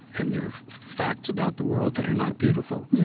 and there are facts about the world that are not beautiful.